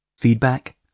Feedback